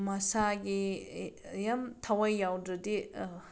ꯃꯁꯥꯒꯤ ꯌꯥꯝ ꯊꯋꯥꯏ ꯌꯥꯎꯗ꯭ꯔꯗꯤ